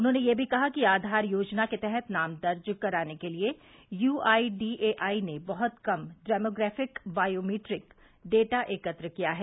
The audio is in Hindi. उन्होंने यह भी कहा कि आधार योजना के तहत नाम दर्ज कराने के लिए यूआईडीएआई ने बहुत कम डेमोग्राफिक और बायोमीट्रिक डाटा एकत्र किया है